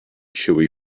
chewy